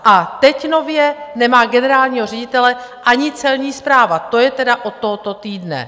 A teď nově nemá generálního ředitele ani Celní správa, to je tedy od tohoto týdne.